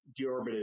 deorbited